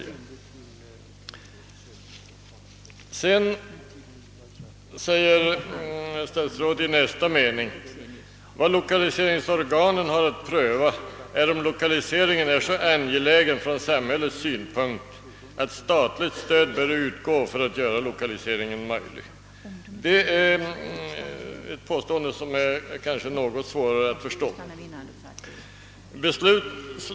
I nästa mening säger statsrådet: » Vad lokaliseringsorganen har att pröva är om lokaliseringen är så angelägen från samhällelig synpunkt att statligt stöd bör utgå för att göra lokaliseringen möjlig.» Det är ett påstående som är något svårare att förstå.